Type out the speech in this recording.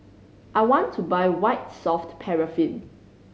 I want to buy White Soft Paraffin